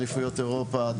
אליפויות אירופה,